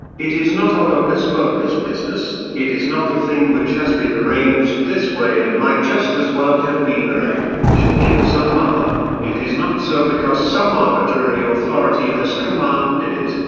it is not a hocus-pocus business, it is not a thing which has been arranged this way and might just as well have been arranged in some other it is not so because some arbitrary authority has commanded it,